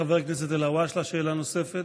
חבר הכנסת אלהואשלה, שאלה נוספת,